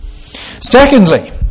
Secondly